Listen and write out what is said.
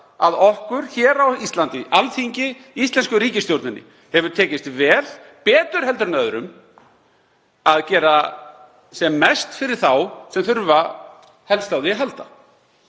að okkur á Íslandi, Alþingi, íslensku ríkisstjórninni, hefur tekist vel, betur en öðrum, að gera sem mest fyrir þá sem þurfa helst á því að halda.